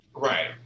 Right